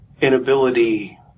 inability